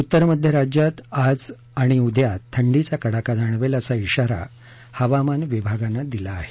उत्तर मध्य राज्यात आज आणि उद्या थंडीचा कडाका जाणवेल असा ब्रिारा हवामान विभागनं दिला आहे